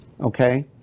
okay